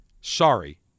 Sorry